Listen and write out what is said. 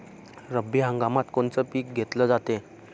रब्बी हंगामात कोनचं पिक घेतलं जाते?